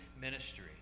Ministry